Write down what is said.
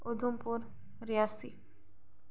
Udhampur Reasi